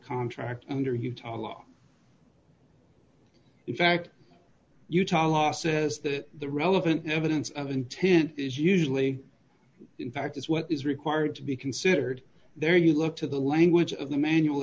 contract under utah law in fact utah law says that the relevant evidence of intent is usually in fact is what is required to be considered there you look to the language of the manual